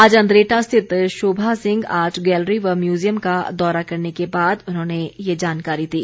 आज अंद्रेटा स्थित Sobha Singh art gallery व म्यूजियम का दौरा करने के बाद उन्होंने ये जानकारी दी